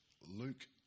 Luke